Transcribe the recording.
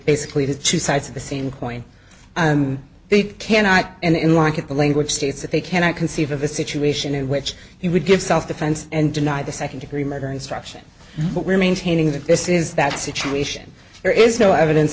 basically to choose sides of the same coin and they cannot and in like it the language states that they cannot conceive of a situation in which he would give self defense and deny the second degree murder instruction but we're maintaining that this is that situation there is no evidence